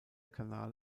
kanal